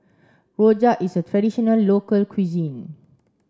Rojak is a traditional local cuisine